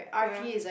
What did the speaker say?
ya